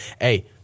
hey